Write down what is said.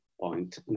point